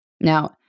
Now